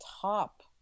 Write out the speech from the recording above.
top